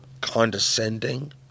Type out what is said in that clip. condescending